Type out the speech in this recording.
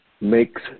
makes